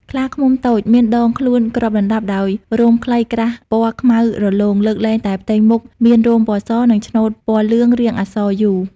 ខ្លាឃ្មុំតូច មានដងខ្លួនគ្របដណ្តប់ដោយរោមខ្លីក្រាស់ពណ៌ខ្មៅរលោង លើកលែងតែផ្ទៃមុខមានរោមពណ៌ស និងឆ្នូតពណ៌លឿងរាងអក្សរ U)។